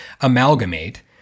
amalgamate